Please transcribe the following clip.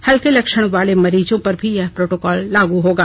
हल्के लक्षण वालों मरीजों पर भी यह प्रोटोकॉल लागू होगा